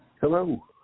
Hello